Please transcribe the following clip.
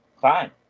Fine